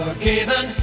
Forgiven